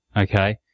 okay